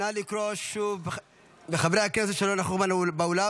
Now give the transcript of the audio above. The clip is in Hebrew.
נא לקרוא שוב בשמות חברי הכנסת שלא נכחו באולם.